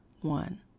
one